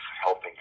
helping